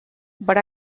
but